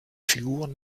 figuren